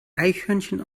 eichhörnchen